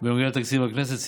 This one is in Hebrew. בנוגע לתקציב הכנסת.